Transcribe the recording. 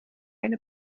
eine